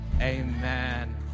amen